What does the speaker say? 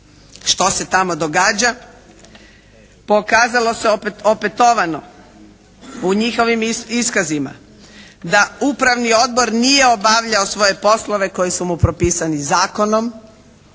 što se tamo događa, pokazalo se opet opetovano u njihovim iskazima da upravni odbor nije obavljao svoje poslove koje su mu propisani zakonom